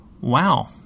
wow